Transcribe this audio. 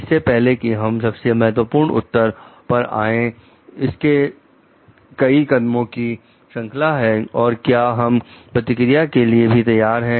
इससे पहले कि हम सबसे महत्वपूर्ण उत्तर पर जाएं इसके कई कदमों की श्रृंखला है और क्या हम प्रतिक्रिया के लिए भी तैयार हैं